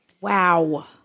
Wow